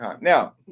Now